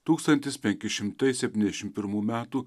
tūkstantis penki šimtai septyniasdešim pirmų metų